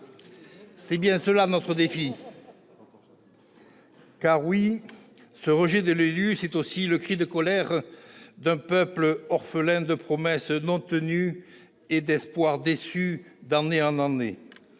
C'est bien là qu'est notre défi ! Oui, ce rejet de l'élu, c'est aussi le cri de colère d'un peuple orphelin, le résultat de promesses non tenues et d'espoirs déçus d'année en année.